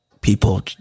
people